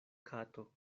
kato